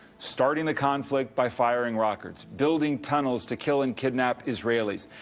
starting the conflict by firing rockets, building tunnels to kill and kidnap israelis,